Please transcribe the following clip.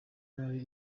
ari